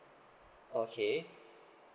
okay